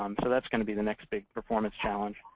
um so that's going to be the next big performance challenge.